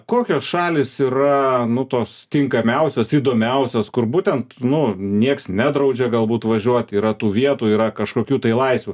kokios šalys yra nu tos tinkamiausios įdomiausios kur būtent nu nieks nedraudžia galbūt važiuot yra tų vietų yra kažkokių tai laisvių